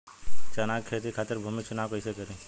चना के खेती खातिर भूमी चुनाव कईसे करी?